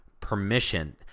permission